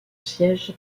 siège